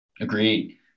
Agreed